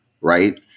Right